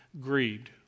greed